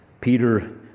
Peter